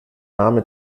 name